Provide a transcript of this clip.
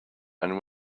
and